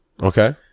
Okay